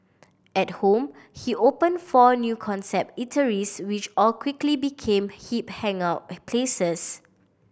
at home he opened four new concept eateries which all quickly became hip hangout places